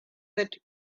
that